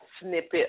snippet